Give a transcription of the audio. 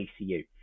ECU